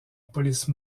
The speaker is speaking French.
police